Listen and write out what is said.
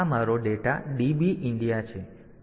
તો આ મારો ડેટા DB India છે